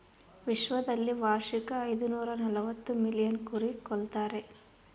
ವಿಶ್ವದಲ್ಲಿ ವಾರ್ಷಿಕ ಐದುನೂರನಲವತ್ತು ಮಿಲಿಯನ್ ಕುರಿ ಕೊಲ್ತಾರೆ